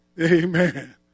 Amen